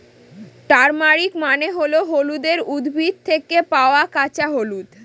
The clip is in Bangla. টারমারিক মানে হল হলুদের উদ্ভিদ থেকে পাওয়া কাঁচা হলুদ